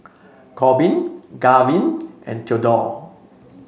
Korbin Garvin and Theadore